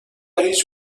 هیچ